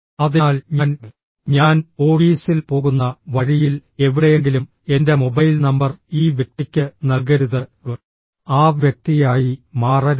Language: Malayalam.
അതിനാൽ ഞാൻ ഞാൻ ഓഫീസിൽ പോകുന്ന വഴിയിൽ എവിടെയെങ്കിലും എന്റെ മൊബൈൽ നമ്പർ ഈ വ്യക്തിക്ക് നൽകരുത് ആ വ്യക്തിയായി മാറരുത്